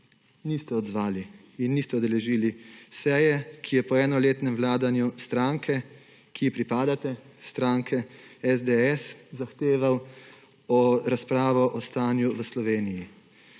niste odzvali in se niste udeležili seje, ki je po enoletnem vladanju stranke, ki ji pripadate, stranke SDS, zahteval razpravo o stanju v Sloveniji.